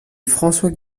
françois